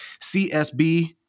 CSB